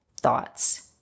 thoughts